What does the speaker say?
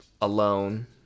alone